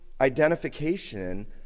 identification